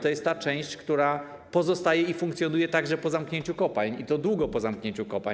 To jest ta część, która pozostaje i funkcjonuje także po zamknięciu kopalń, i to długo po zamknięciu kopalń.